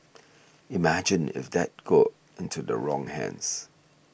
imagine if that got into the wrong hands